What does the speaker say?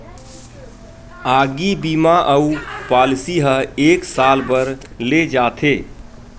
आगी बीमा अउ पॉलिसी ह एक साल बर ले जाथे